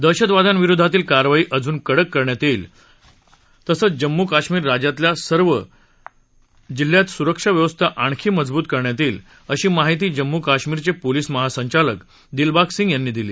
दहशतवाद्यांविरोधातील कारवाई अजून कडक करण्यात येईल तसंच जम्मू कश्मीर राज्यातल्या सर्व जिल्ह्यात सुरक्षा व्यवस्था आणखी मजबूत करण्यात येईल अशी माहिती जम्मू कश्मीरचे पोलीस महासंचालक दिलबागसिंग यांनी दिली